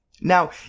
Now